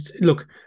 look